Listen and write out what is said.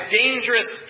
dangerous